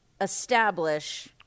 establish